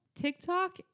TikTok